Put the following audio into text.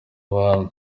abantu